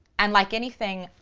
and like anything,